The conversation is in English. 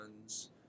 ones